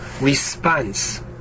response